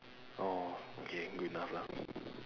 oh okay good enough lah